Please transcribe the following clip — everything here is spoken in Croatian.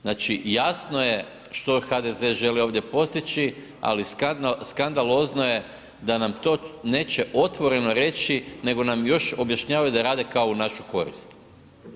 Znači jasno je što HDZ želi ovdje postići ali skandalozno je da nam to neće otvoreno reći nego nam još objašnjavaju da rade kao u našu korist.